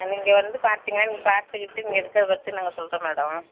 நீங்கள் வந்து பார்த்தீங்க ஆ பார்த்துக்கிட்டு நீங்கள் எடுக்கிற பற்றி நாங்கள் சொல்கிறோம் மேடம்